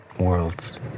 worlds